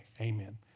Amen